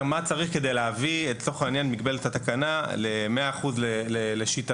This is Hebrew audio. מה צריך כדי להביא לצורך העניין מגבלת התקנה ל-100% לשיטתם.